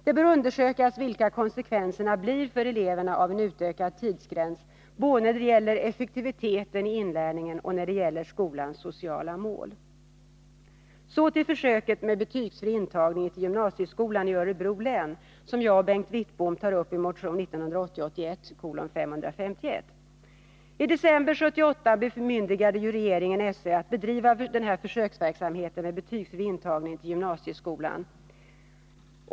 Det bör undersökas vilka konsekvenserna blir för eleverna av en utökad tidsgräns både när det gäller effektiviteten i inlärningen och när det gäller skolans sociala mål. Så till försöket med betygsfri intagning till gymansieskolan i Örebro län som jag och Bengt Wittbom tar upp i motion 1980/81:551.